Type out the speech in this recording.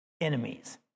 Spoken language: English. enemies